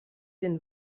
den